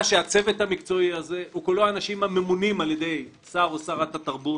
שהצוות המקצועי הזה הוא כולו אנשים הממונים על ידי שר או שרת התרבות.